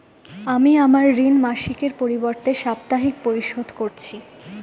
আমি আমার ঋণ মাসিকের পরিবর্তে সাপ্তাহিক পরিশোধ করছি